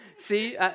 See